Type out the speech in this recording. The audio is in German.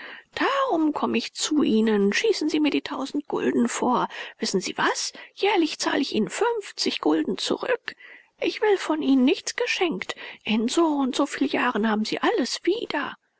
darum komm ich zu ihnen schießen sie mir die tausend gulden vor wissen sie was jährlich zahl ich ihnen fünfzig gulden zurück ich will von ihnen nichts geschenkt in so und so viel jahren haben sie alles wieder